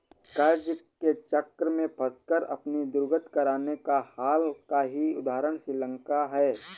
कर्ज के चक्र में फंसकर अपनी दुर्गति कराने का हाल का ही उदाहरण श्रीलंका है